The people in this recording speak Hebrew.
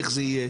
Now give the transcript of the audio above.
איך זה יהיה,